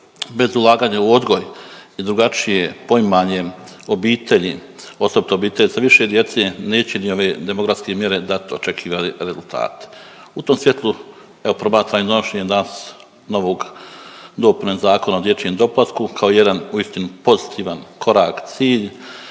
bez ulaganja u odgoj i drugačije poimanje obitelji, osobito obitelji sa više djece neće ni ove demografske mjere dati očekivani rezultat. U tom svijetlu, evo, .../Govornik se ne razumije./... danas novog dopune Zakona o dječjem doplatku, kao jedan uistinu pozitivan korak i cilj,